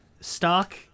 Stock